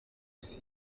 isi